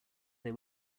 they